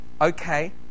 okay